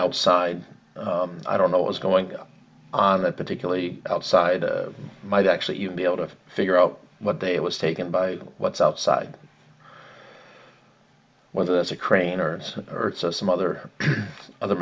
outside i don't know what's going on that particularly outside might actually be able to figure out what they was taken by what's outside whether that's a crane or some other other